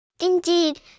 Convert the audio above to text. Indeed